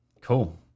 Cool